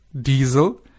diesel